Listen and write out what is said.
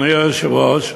אדוני היושב-ראש,